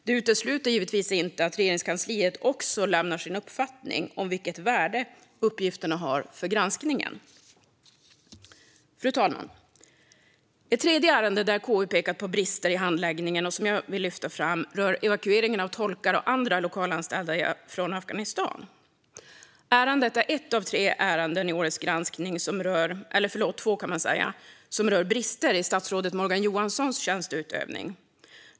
Det utesluter givetvis inte att Regeringskansliet också lämnar sin uppfattning om vilket värde uppgifterna har för granskningen. Fru talman! Ett tredje ärende där KU pekat på brister i handläggningen och som jag vill lyfta fram rör evakueringen av tolkar och andra lokalanställda från Afghanistan. Ärendet är ett av två ärenden i årets granskning som rör brister i statsrådet Morgan Johanssons tjänsteutövning.